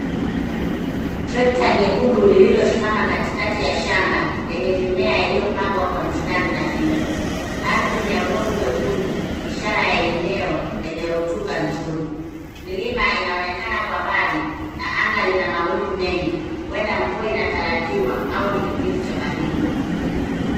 Trekta nyekundu lililosimama katikati ya shamba yenye mimea iliyopangwa kwa mistari nadhifu. Ardhi ni ya udongo mwekundu ishara ya eneo lenye rutuba nzuri. Milima inaonekana kwa mbali na anga lina mawingu mengi huenda mvua inatarajiwa au ni kipindi cha baridi.